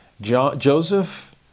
Joseph